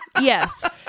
Yes